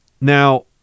Now